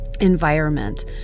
environment